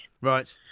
Right